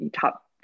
top